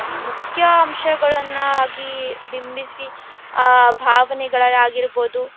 ಮುಖ್ಯಾಂಶಗಳನ್ನಾಗಿ ಬಿಂಬಿಸಿ ಆ ಭಾವನೆಗಳು ಆಗಿರ್ಬೋದು